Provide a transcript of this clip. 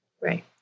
Right